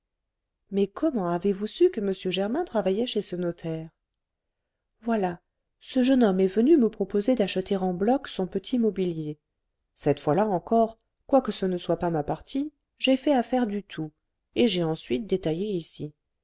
mais comment avez-vous su que m germain travaillait chez ce notaire voilà ce jeune homme est venu me proposer d'acheter en bloc son petit mobilier cette fois-là encore quoique ce ne soit pas ma partie j'ai fait affaire du tout et j'ai ensuite détaillé ici